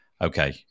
okay